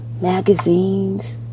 magazines